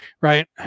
Right